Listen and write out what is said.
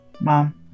Mom